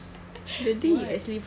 what